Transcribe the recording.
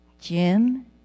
Jim